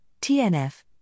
TNF